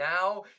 Now